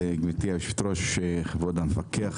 גברתי יושבת הראש וכבוד המפקח,